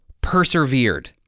persevered